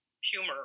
humor